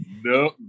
No